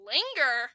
Linger